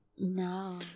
No